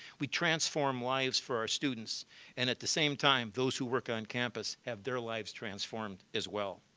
we transform lives for our students and at the same time, those who work on campus have their lives transformed as well.